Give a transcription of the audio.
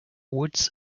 woods